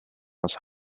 los